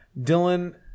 Dylan